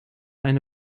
eine